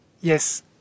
Yes